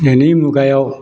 दिनैनि मुगायाव